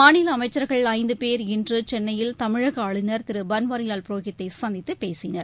மாநில அமைச்சர்கள் ஜந்து போ் இன்று சென்னையில் தமிழக ஆளுநர் திரு பன்வாரிலால் புரோஹித்தை சந்தித்து பேசினர்